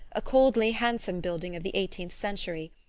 a coldly handsome building of the eighteenth century,